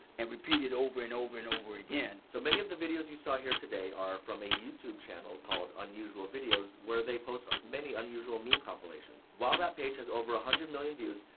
and repeat it over and over and over again. so, many of the videos you saw here today are from a youtube channel called unusualvideos, where they post many unusual meme compilations. while that page has over one hundred million views,